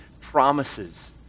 promises